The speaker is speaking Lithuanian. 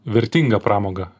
vertingą pramogą